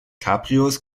cabrios